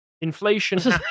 Inflation